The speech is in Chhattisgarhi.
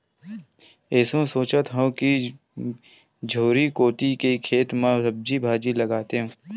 एसो सोचत हँव कि झोरी कोती के खेत म सब्जी भाजी लगातेंव